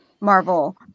Marvel